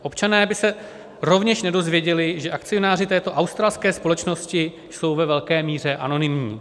Občané by se rovněž nedozvěděli, že akcionáři této australské společnosti jsou ve velké míře anonymní.